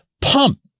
pump